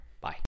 Bye